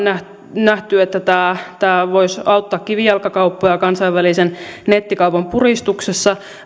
nähty että tämä tämä voisi auttaa kivijalkakauppoja kansainvälisen nettikaupan puristuksessa